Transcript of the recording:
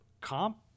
comp